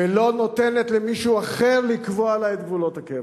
ולא נותנת למישהו אחר לקבוע לה את גבולות הקבע,